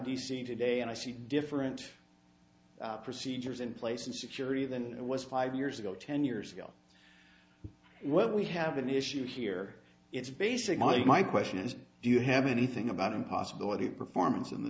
c today and i see different procedures in place in security than it was five years ago ten years ago what we have an issue here it's basically my question is do you have anything about and possibility of performance in the